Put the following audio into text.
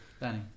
Danny